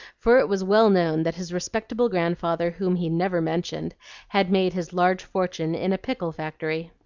for it was well known that his respectable grandfather whom he never mentioned had made his large fortune in a pickle-factory.